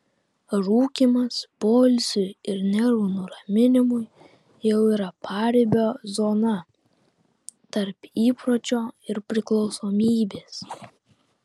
rūkymas poilsiui ir nervų nuraminimui jau yra paribio zona tarp įpročio ir priklausomybės